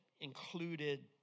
included